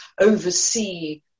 oversee